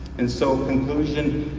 and so conclusion,